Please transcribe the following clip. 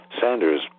Sanders